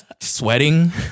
sweating